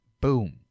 Boom